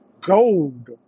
gold